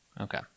Okay